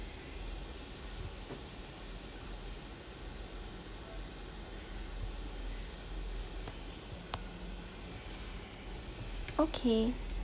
okay